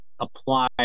apply